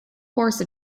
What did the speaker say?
course